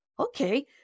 okay